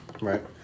Right